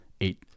eight